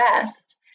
rest